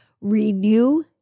Renew